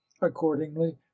accordingly